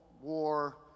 War